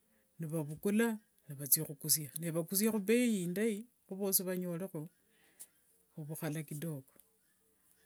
Nivavukulana nivathia khukusia, nivakusia khubei indai khivosi vanyolekho ovukhala kidogo.